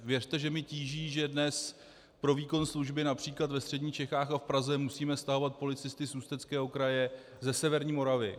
Věřte, že mě tíží, že dnes pro výkon služby například ve středních Čechách a v Praze musíme stahovat policisty z Ústeckého kraje, ze severní Moravy.